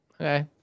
okay